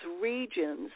regions